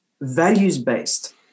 values-based